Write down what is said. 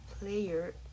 player